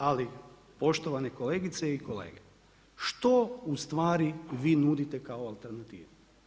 Ali poštovane kolegice i kolege što u stvari vi nudite kao alternativu?